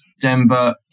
Denver